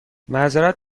معذرت